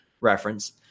reference